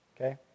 Okay